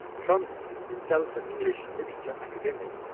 santanu, himself an english literature academic,